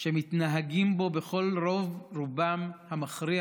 שמתנהגים בו בכל, רוב, רובם המכריע